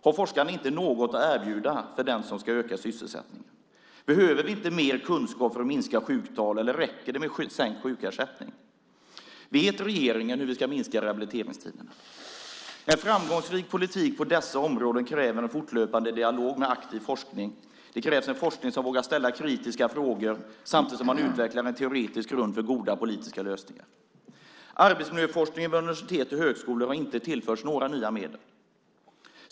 Har forskarna inte något att erbjuda den som ska öka sysselsättningen? Behöver vi inte mer kunskap för att minska sjuktalen, eller räcker det med sänkt sjukersättning? Vet regeringen hur vi ska kunna minska rehabiliteringstiderna? En framgångsrik politik på dessa områden kräver en fortlöpande dialog med en aktiv forskning. Det krävs en forskning som vågar ställa kritiska frågor samtidigt som man utvecklar en teoretisk grund för goda politiska lösningar. Arbetsmiljöforskningen vid universitet och högskolor har inte tillförts några nya medel.